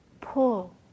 pull